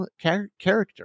character